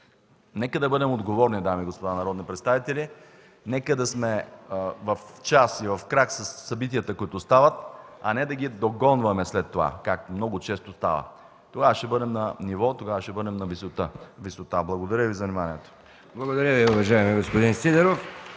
Нека да бъдем отговорни, дами и господа народни представители, нека да сме в час и в крак със събитията, които стават, а не да ги догонваме след това, както много често става! Тогава ще бъдем на ниво, тогава ще бъдем на висота. Благодаря Ви за вниманието. (Ръкопляскания от